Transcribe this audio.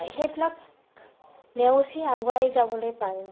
সেইবিলাক নেওচি আগুৱাই যাবলৈ পাৰিম